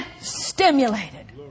stimulated